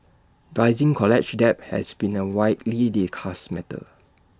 rising college debt has been A widely discussed matter